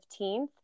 15th